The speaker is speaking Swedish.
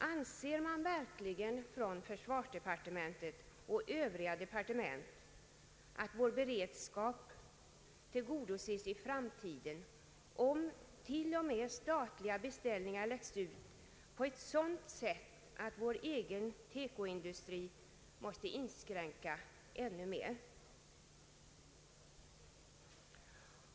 Anser man verkligen i försvarsdepartementet och övriga departement att vår beredskap tillgodoses i framtiden om t.o.m. statliga beställningar läggs ut på ett sådant sätt att vår egen TEKO-industri måste inskränka sin verksamhet ännu mer?